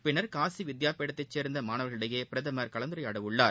பின்னர் காசி வித்யா பீடத்தைச் சேர்ந்த மாணவர்களிடையே பிரதமர் கலந்துரையாட உள்ளார்